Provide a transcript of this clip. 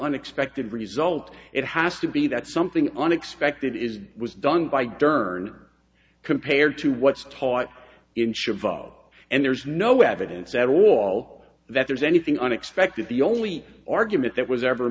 unexpected result it has to be that something unexpected is was done by dern compared to what's taught in should vote and there's no evidence at all that there's anything unexpected the only argument that was ever